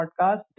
podcast